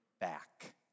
back